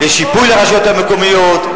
לשיפוי לרשויות המקומיות.